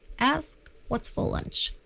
ask what's for lunch.